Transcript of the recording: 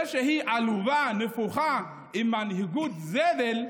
זה שהיא עלובה, נפוחה, עם מנהיגות זבל,